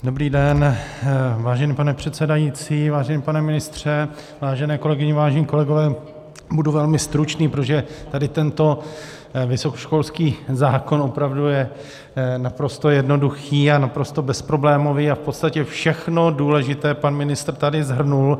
Dobrý den, vážený pane předsedající, vážený pane ministře, vážené kolegyně, vážení kolegové, budu velmi stručný, protože tento vysokoškolský zákon opravdu je naprosto jednoduchý a naprosto bezproblémový a v podstatě všechno důležité pan ministr tady shrnul.